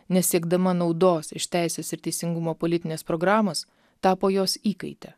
nesiekdama naudos iš teisės ir teisingumo politinės programos tapo jos įkaite